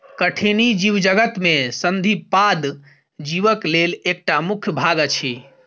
कठिनी जीवजगत में संधिपाद जीवक लेल एकटा मुख्य भाग अछि